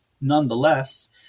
nonetheless